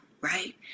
right